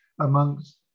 amongst